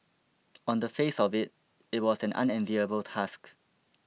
on the face of it it was an unenviable task